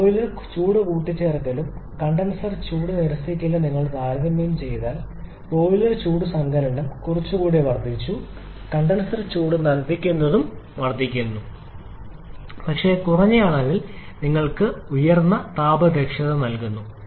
boiler ചൂട് കൂട്ടിച്ചേർക്കലും condenser ചൂട് നിരസിക്കലും നിങ്ങൾ താരതമ്യം ചെയ്താൽ ബോയിലർ ചൂട് സങ്കലനം കുറച്ചുകൂടി വർദ്ധിച്ചു കണ്ടൻസർ ചൂട് നിരസിക്കുന്നതും വർദ്ധിക്കുന്നു പക്ഷേ കുറഞ്ഞ അളവിൽ നിങ്ങൾക്ക് ഉയർന്ന താപ ദക്ഷത നൽകുന്നു